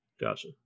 Gotcha